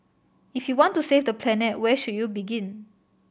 if you want to save the planet where should you begin